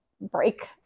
break